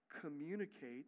communicate